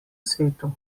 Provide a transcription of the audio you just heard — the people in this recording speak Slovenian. svetu